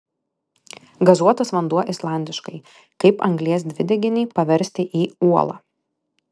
gazuotas vanduo islandiškai kaip anglies dvideginį paversti į uolą